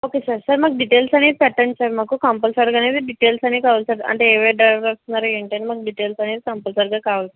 okay sir sir మాకు details అనేది పెట్టండి సార్ మాకు కంపల్సరీగా అనేది డీటెయిల్స్ అనేవి కావాలి సార్ అంటే ఏ రోజు ఏమి అనేది మాకు ఈ డీటెయిల్స్ కంపల్సరీగా కావాలి సార్